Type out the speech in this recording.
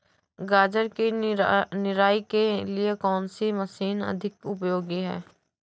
गाजर की निराई के लिए कौन सी मशीन अधिक उपयोगी है?